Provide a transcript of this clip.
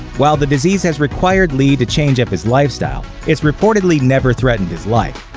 while the disease has required li to change up his lifestyle, it's reportedly never threatened his life.